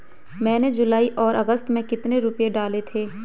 मैंने जुलाई और अगस्त में कितने रुपये डाले थे?